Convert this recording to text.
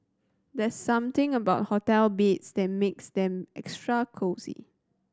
there's something about hotel beds that makes them extra cosy